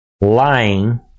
Lying